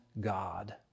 God